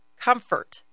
comfort